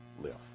live